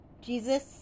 Jesus